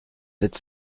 sept